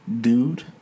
Dude